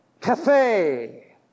cafe